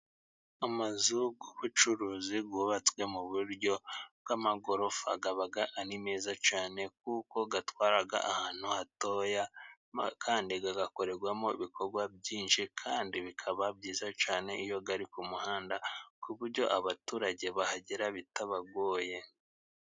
Amazu y'ubucuruzi yubatswe mu buryo bw'amagorofa aba ari meza cyane, kuko atwara ahantu hatoya kandi agakorerwamo ibikorwa byinshi kandi bikaba byiza cyane iyo ari ku muhanda ku buryo abaturage bahagera bitabagoye.